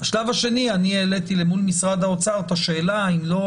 בשלב השני אני העליתי מול משרד האוצר את השאלה אם לא